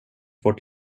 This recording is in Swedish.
vårt